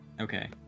okay